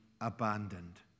abandoned